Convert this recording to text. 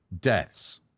deaths